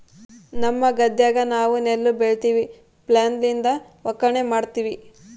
ನಮ್ಮ ಗದ್ದೆಗ ನಾವು ನೆಲ್ಲು ಬೆಳಿತಿವಿ, ಫ್ಲ್ಯಾಯ್ಲ್ ಲಿಂದ ಒಕ್ಕಣೆ ಮಾಡ್ತಿವಿ